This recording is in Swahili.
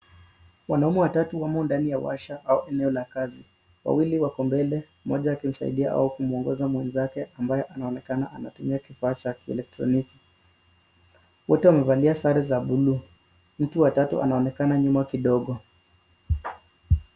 Wanaume watatu wamo ndani ya washa au eneo la kazi. Wawili wako mbele, mmoja akimsaidia au kumwongoza mwenzake ambaye anaonekana anatumia kifaa cha kielektroniki. Wote wamevalia sare za buluu. Mtu wa tatu anaonekana nyuma kidogo.